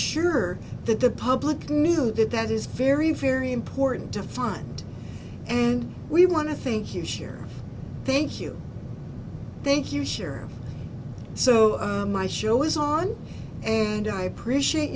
sure that the public knew that that is very very important to find and we want to think you share thank you thank you sure so my show is on and i appreciate